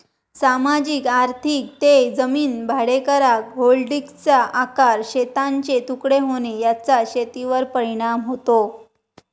सामाजिक आर्थिक ते जमीन भाडेकरार, होल्डिंग्सचा आकार, शेतांचे तुकडे होणे याचा शेतीवर परिणाम होतो